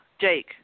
Jake